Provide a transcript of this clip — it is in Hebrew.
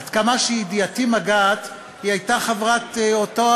עד כמה שידיעתי מגעת, היא הייתה חברת אותה